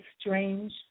strange